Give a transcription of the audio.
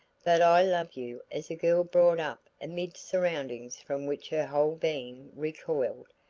but i love you as a girl brought up amid surroundings from which her whole being recoiled,